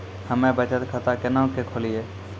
हम्मे बचत खाता केना के खोलियै?